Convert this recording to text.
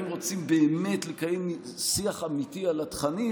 אם רוצים באמת לקיים שיח אמיתי על התכנים,